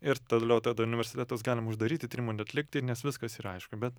ir toliau tada universitetus galim uždaryti tyrimų neatlikti nes viskas yra aišku bet